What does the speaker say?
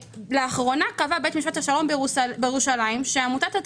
באחרונה קבע בית המשפט השלום בירושלים שעמותת עד